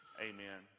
Amen